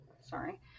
Sorry